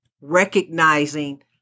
recognizing